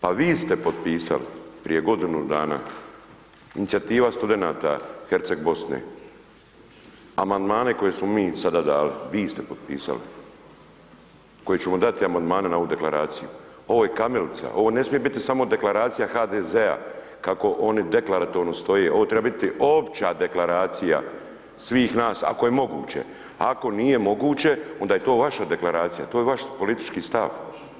Pa vi ste potpisali prije godinu dana, inicijativa studenata Herceg-bosne, amandmane koje smo mi sada dali, vi ste potpisali, koji ću vam dati amandmane na ovu deklaraciju, ovo je kamilica, ovo ne smije biti samo deklaracija HDZ-a kako oni deklaratorno stoje ovo treba biti opća deklaracija svih nas ako je moguće, ako nije moguće onda je to vaša deklaracija, to je vaš politički stav.